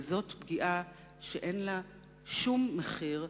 וזאת פגיעה שאין לה שום מחיר.